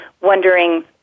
wondering